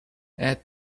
add